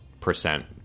percent